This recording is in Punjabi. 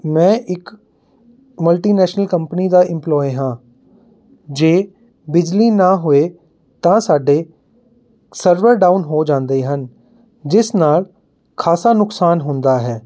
ਮੈਂ ਇੱਕ ਮਲਟੀਨੈਸ਼ਨਲ ਕੰਪਨੀ ਦਾ ਇਮਪਲੋਈ ਹਾਂ ਜੇ ਬਿਜਲੀ ਨਾ ਹੋਵੇ ਤਾਂ ਸਾਡੇ ਸਰਵਰ ਡਾਊਨ ਹੋ ਜਾਂਦੇ ਹਨ ਜਿਸ ਨਾਲ਼ ਖਾਸਾ ਨੁਕਸਾਨ ਹੁੰਦਾ ਹੈ